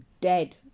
dead